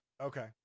Okay